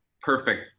perfect